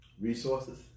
resources